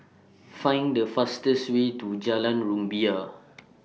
Find The fastest Way to Jalan Rumbia